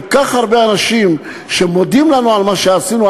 כל כך הרבה אנשים מודים לנו על מה שעשינו,